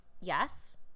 yes